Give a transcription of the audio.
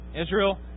Israel